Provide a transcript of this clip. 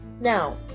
now